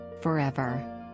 forever